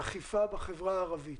אכיפה בחברה הערבית.